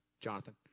Jonathan